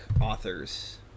authors